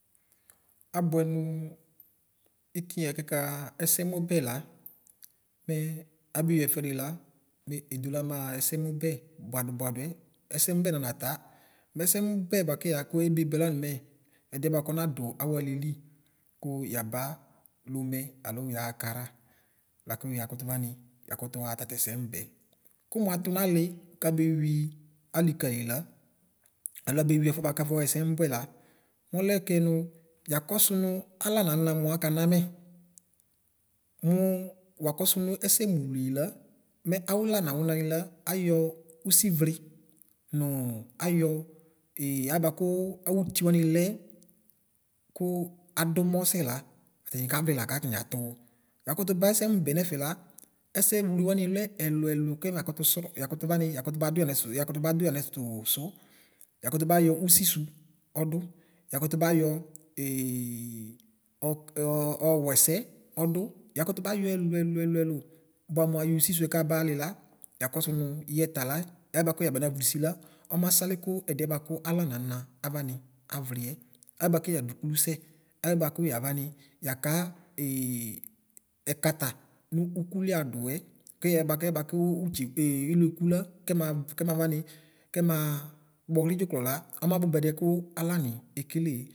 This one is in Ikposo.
Abʋɛ nʋ ikiɛ kɛka ɛsɛmʋbɛ la, mɛ abue ɛfʋɛde la mɛ edola maxa ɛsemʋbɛ bʋadʋ bʋadʋɛ ɛsɛnʋbɛ nanata mɛsɛbɛ bʋakʋ yaxa kebebɛ lawʋ mɛ ɛdia bʋakʋ ɣnadʋ awʋ alieli kʋ yaba lomɛ alo yaxa Kara bʋakʋ yakʋ vam yakutʋxa tatʋ ɛsɛmʋbɛɛ kʋmi atʋ nali kabeur alikali la alʋ abeur ɛfʋɛ kafɔxa ɛsɛmʋbɛɛ la mɔlɛkɛ nʋ yakɔsʋ nʋ ala nana mʋa akana mɛ mʋa waksʋ nɛsɛ mʋlila mɛ awʋla nwunani ayɔ ʋswli nʋ ayɔ alɛbʋakʋ awʋti wam lɛ kʋ adʋ umɔsɛ la atam kaʋli la katam katʋ wʋ yakʋ ba ɛsɛmʋbɛ nɛfɛ la ɛsɛlʋ wam lɛ ɛlʋ ɛlʋ kɛmakʋtʋ srɔ yakʋtʋ vam yakʋtʋ badʋ yanɛtʋsʋ yakʋtʋ bayɔ ʋslsʋ ɔdʋ yakʋtʋ bayɔ ee ɔɔ ɣwɛsɛ ɔdʋ yakʋtʋ bayɔ ɛlʋ ɛlʋ ɛlʋ bʋamʋ ayɔ vsɛsvɛ kaba alila yakɔsʋ nʋ yɛtala ala nana avanu avliyɛ abʋkʋ yadʋ ʋkʋlʋ sɛ abʋakʋ yavani yaka ɛkata nʋkʋli adʋɛ kvyɛ bʋakɛ bʋakʋ utsre iliekʋ la kena rami kena kpɔxli dʒvksla ɔmabʋbɛdiɛ kʋ alam ekelee.